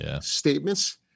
statements